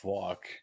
fuck